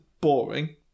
boring